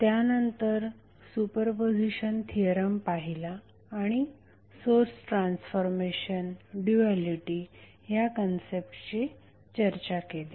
त्यानंतर superposition theorem पाहिला आणि सोर्स ट्रान्सफॉर्मेशन ड्यूएलिटी ह्या कन्सेप्टची चर्चा केली